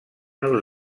els